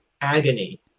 agony